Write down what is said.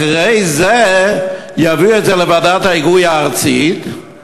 אחרי זה יביאו את זה לוועדת ההיגוי הארצית,